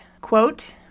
quote